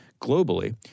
globally